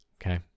Okay